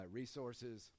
resources